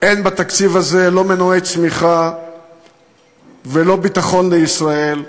אין בתקציב הזה לא מנועי צמיחה ולא ביטחון לישראל,